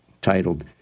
titled